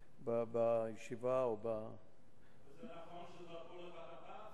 בישיבה וזה נכון שזרקו עליך נפץ?